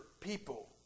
people